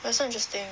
but so interesting